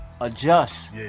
adjust